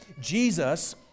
Jesus